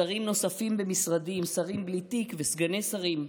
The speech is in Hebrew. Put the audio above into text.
שרים נוספים במשרדים, שרים בלי תיק וסגני שרים?